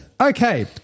okay